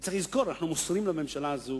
אתה צריך לזכור, אנחנו מוסרים לממשלה הזאת